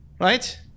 right